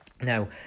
now